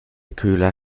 köhler